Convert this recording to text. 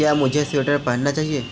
क्या मुझे स्वेटर पहनना चाहिए